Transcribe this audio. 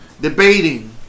debating